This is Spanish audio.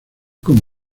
con